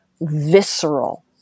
visceral